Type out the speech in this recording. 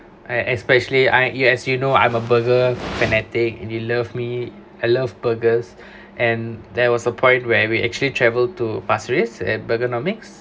I especially I ya as you know I'm a burger fanatic if you love me I love burgers and there was a point where we actually travel to pasir ris at Burgernomics